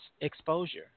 exposure